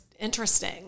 interesting